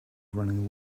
running